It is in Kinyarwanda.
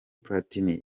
platini